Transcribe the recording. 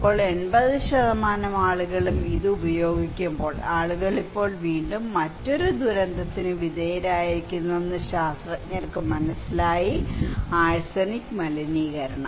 ഇപ്പോൾ 80 ആളുകളും ഇത് ഉപയോഗിക്കുമ്പോൾ ആളുകൾ ഇപ്പോൾ വീണ്ടും മറ്റൊരു ദുരന്തത്തിന് വിധേയരായിരിക്കുന്നുവെന്ന് ശാസ്ത്രജ്ഞർക്ക് മനസ്സിലായി ആഴ്സനിക് മലിനീകരണം